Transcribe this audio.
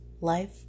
life